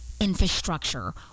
infrastructure